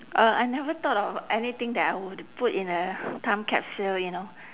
uh I never thought of anything that I would put in a time capsule you know